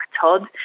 Todd